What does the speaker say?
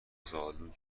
زالوئه